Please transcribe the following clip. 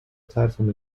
platform